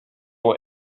were